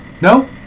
No